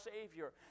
Savior